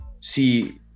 see